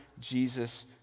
Jesus